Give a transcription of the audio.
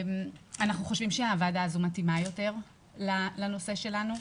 אנחנו חושבים שהוועדה הזאת מתאימה יותר לנושא שלנו,